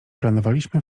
planowaliśmy